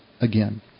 again